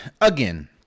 Again